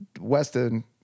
weston